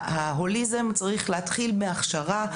ההוליזם צריך להתחיל מההכשרה,